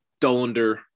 Dolander